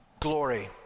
Glory